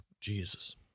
Jesus